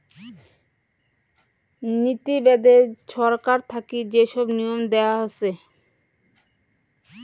নীতি বেদে ছরকার থাকি যে সব নিয়ম দেয়া হসে